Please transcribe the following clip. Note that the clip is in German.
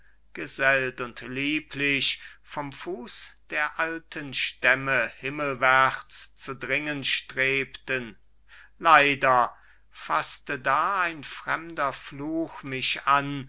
gesellt und lieblich vom fuß der alten stämme himmelwärts zu dringen strebten leider faßte da ein fremder fluch mich an